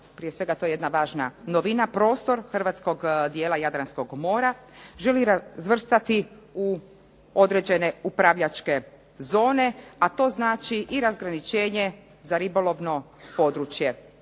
prije svega to je jedna važna novina, prostor hrvatskog dijela Jadranskog mora želi razvrstati u određene upravljačke zone, a to znači i razgraničenje za ribolovno područje.